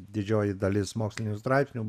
didžioji dalis mokslinių straipsnių